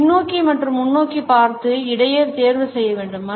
நாம் பின்னோக்கி மற்றும் முன்னோக்கி பார்த்து இடையே தேர்வு செய்ய வேண்டும்